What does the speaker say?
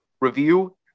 review